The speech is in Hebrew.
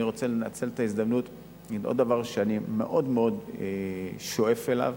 אני רוצה לנצל את ההזדמנות ולהגיד עוד דבר שאני מאוד מאוד שואף אליו,